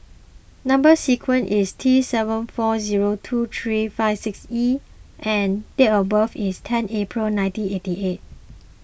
Number Sequence is T seven four zero two three five six E and date of birth is ten April nineteen eighty eight